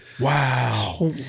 wow